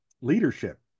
leadership